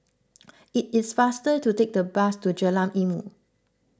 it is faster to take the bus to Jalan Ilmu